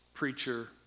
preacher